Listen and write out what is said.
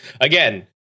again